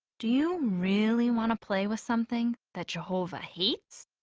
do you really want to play with something that jehovah hates?